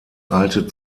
eilte